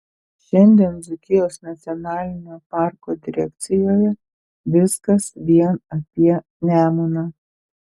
šiandien dzūkijos nacionalinio parko direkcijoje viskas vien apie nemuną